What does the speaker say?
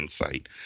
insight